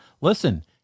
listen